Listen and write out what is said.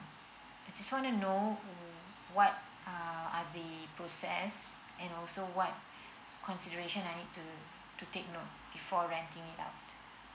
I just wanna know what uh are the process and also what consideration I have to take note before renting it out